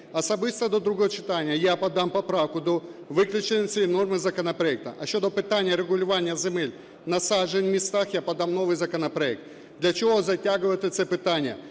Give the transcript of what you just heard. Особисто до другого читання я подам поправку до виключення цієї норми з законопроекту. А щодо питання регулювання земель насаджень в містах я подам новий законопроект. Для чого затягувати це питання